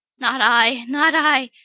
not i, not i,